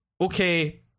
okay